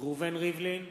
ראובן ריבלין,